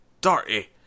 dirty